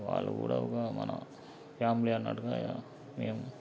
వాళ్ళు కూడా ఒక మన ఫ్యామిలీ అన్నట్టుగా మేము